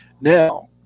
Now